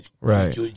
Right